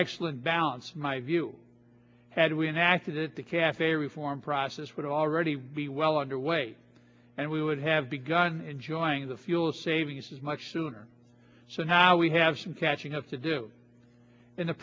excellent balance my view had we enacted it the cafe reform process would already be well underway and we would have begun enjoying the fuel savings is much sooner so now we have some catching up to do in the